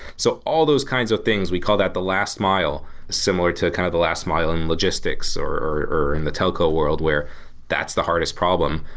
so all those kinds of things we call that the last mile similar to kind of last mile in logistics or or in the telco world where that's the hardest problem.